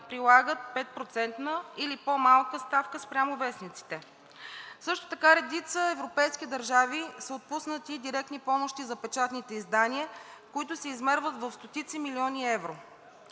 прилагат 5% или по-малка ставка спрямо вестниците. Също така в редица европейски държави са отпуснати директни помощи за печатните издания, които се измерват в стотици милиони евро.